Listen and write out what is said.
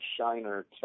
Shiner